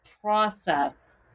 process